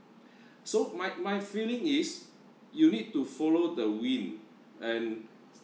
so my my feeling is you need to follow the wind and